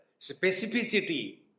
specificity